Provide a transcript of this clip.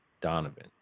donovan